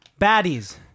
Baddies